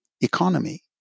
economy